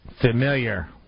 Familiar